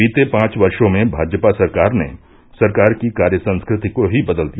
बीते पांच वर्शो में भाजपा सरकारने सरकार की कार्य संस्कृति को ही बदल दिया